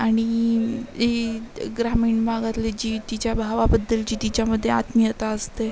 आणि ई त् ग्रामीण भागातले जी तिच्या भावाबद्दलची तिच्यामध्ये आत्मीयता असते